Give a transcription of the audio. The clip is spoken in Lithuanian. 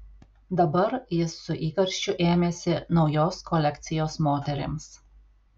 dabar jis su įkarščiu ėmėsi naujos kolekcijos moterims